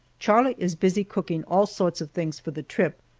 charlie is busy cooking all sorts of things for the trip,